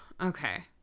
Okay